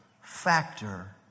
factor